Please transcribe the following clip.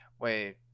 Wait